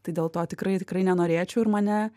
tai dėl to tikrai tikrai nenorėčiau ir mane